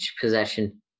possession